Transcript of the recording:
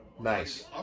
Nice